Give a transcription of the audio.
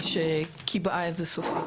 שקיבעה את זה סופית.